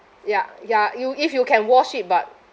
ya ya you if you can wash it but